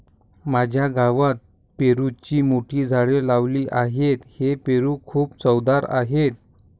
माझ्या गावात पेरूची मोठी झाडे लावली आहेत, हे पेरू खूप चवदार आहेत